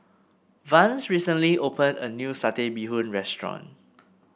Vance recently opened a new Satay Bee Hoon restaurant